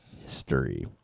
history